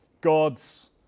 God's